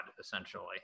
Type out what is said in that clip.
essentially